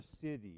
city